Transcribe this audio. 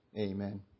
Amen